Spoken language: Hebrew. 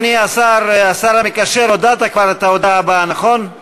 השר המקשר בין הממשלה לכנסת חבר הכנסת יריב לוין.